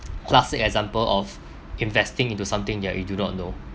classic example of investing into something that you do not know